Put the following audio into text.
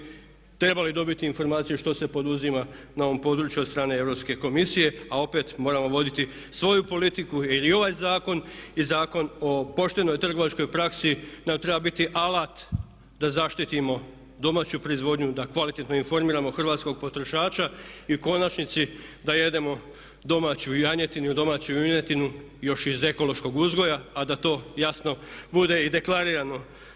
I mislim da bi trebali dobiti informaciju što se poduzima na ovom području od strane Europske komisije, a opet moramo voditi svoju politiku jer je i ovaj zakon i Zakon o poštenoj trgovačkoj praksi nam treba biti alat da zaštitimo domaću proizvodnju da kvalitetno informiramo hrvatskog potrošača i u konačnici da jedemo domaću janjetinu i domaći junetinu još iz ekološkog uzgoja, a da to jasno bude i deklarirano.